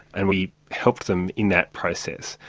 and we helped them in that process.